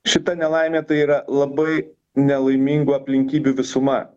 šita nelaimė tai yra labai nelaimingų aplinkybių visuma